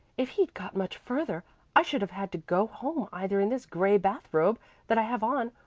if he'd got much further i should have had to go home either in this gray bath robe that i have on,